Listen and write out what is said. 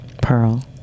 Pearl